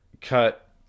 cut